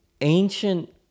ancient